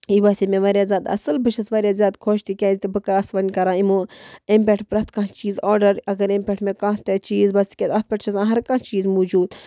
یہِ بَسے مےٚ وارِیاہ زیادٕ اَصٕل بہٕ چھَس وارِیاہ زیادٕ خۄش تِکیٛازِ بہٕ کٲنسہِ وَنہٕ یِمو امہِ پٮ۪ٹھ پرٮ۪تھ کانٛہہ چیٖز آرڈر اگر امہِ پٮ۪ٹھ مےٚ کانٛہہ تہِ چیٖز بس یہِ کہِ اَتھ پٮ۪ٹھ چھِ آسان ہر کانٛہہ چیٖز وجوٗد